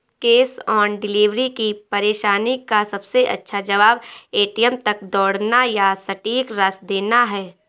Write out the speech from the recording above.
cash on delivery की परेशानी का सबसे अच्छा जवाब, ए.टी.एम तक दौड़ना या सटीक राशि देना है